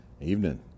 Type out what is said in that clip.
Evening